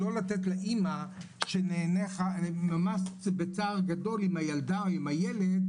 ולא לתת לאמא שממש בצער גדול עם הילדה או הילד,